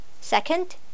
Second